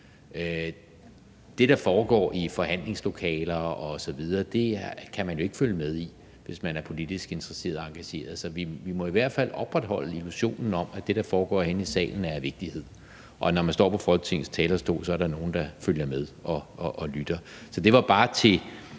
Det, der foregår i forhandlingslokaler osv., kan man jo ikke følge med i, hvis man er politisk interesseret og engageret, så vi må i hvert fald opretholde illusionen om, at det, der foregår herinde i salen, er af vigtighed, og at der, når man står på Folketingets talerstol, er nogle, der følger med og lytter. Så det var bare til